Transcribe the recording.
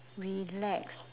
relax